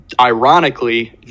ironically